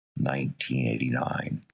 1989